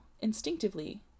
instinctively